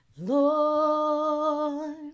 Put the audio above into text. Lord